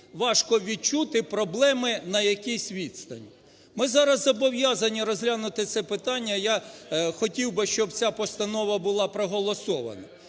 важко відчути проблеми на якійсь відстані. Ми зараз зобов'язані розглянути це питання. Я хотів би, щоб ця постанова була проголосована.